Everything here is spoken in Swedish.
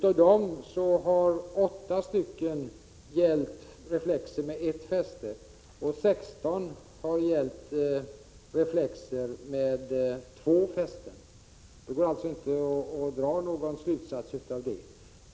Av dem har 8 gällt reflexer med ett fäste, och 16 har gällt reflexer med två fästen. Det går alltså inte att dra någon slutsats av detta.